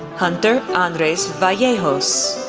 hunter andres vallejos,